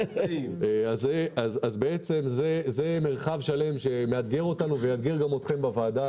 זה מרחב שלם שמאתגר אותנו ויאתגר גם אתכם בוועדה,